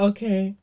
Okay